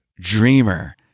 dreamer